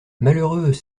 malheureux